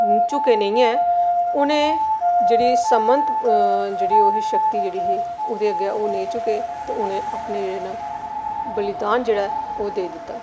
झुके नेईं ऐ उ'नें जेह्ड़ी समंत जेह्ड़ी ओह् ही शक्ति ओह्दे अग्गें ओह् नेईं झुके ते उ'नें अपने जेह्डे़ न बलिदान जेह्ड़ा ऐ ओह् देई दित्ता